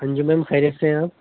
ہاں جی میم خیریت سے ہیں آپ